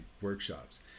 workshops